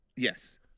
Yes